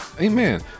Amen